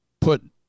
put